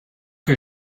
que